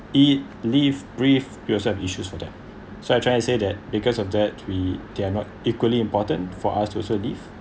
eat live breathe you also have issues for them so I trying to say that because of that we they are not equally important for us also live